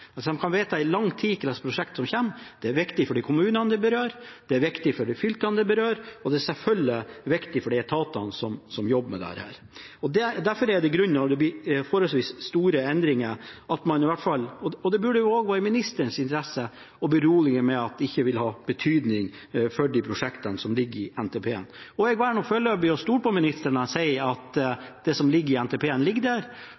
kan lang tid i forveien vite hvilke prosjekter som kommer. Det er viktig for de berørte kommunene og fylkene, og det er selvfølgelig viktig for etatene som jobber med dette. Derfor bør man, når det blir forholdsvis store endringer – i hvert fall burde det være i ministerens interesse – berolige med at det ikke vil ha betydning for de prosjektene som ligger i NTP. Jeg velger foreløpig å stole på ministeren når han sier at det som ligger i NTP, ligger der,